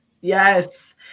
Yes